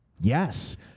Yes